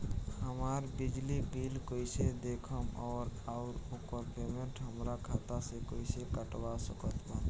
हमार बिजली बिल कईसे देखेमऔर आउर ओकर पेमेंट हमरा खाता से कईसे कटवा सकत बानी?